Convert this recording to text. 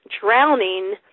drowning